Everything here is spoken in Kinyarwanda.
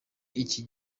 iki